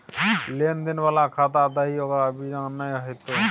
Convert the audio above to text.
लेन देन बला खाता दही ओकर बिना नै हेतौ